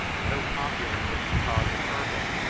so popular was the cause of urban,